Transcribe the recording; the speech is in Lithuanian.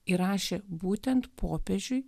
įrašė būtent popiežiui